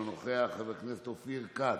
אינו נוכח, חבר הכנסת אופיר כץ,